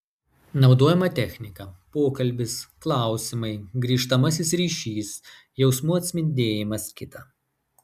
naudojama technika pokalbis klausimai grįžtamasis ryšys jausmų atspindėjimas kita